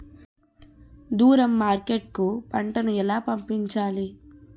దూరం మార్కెట్ కు పంట ను ఎలా పంపించాలి?